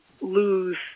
lose